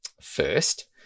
First